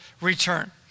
return